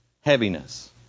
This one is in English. heaviness